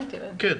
כן.